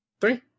three